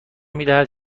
میدهد